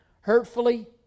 hurtfully